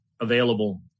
available